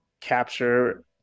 capture